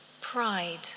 pride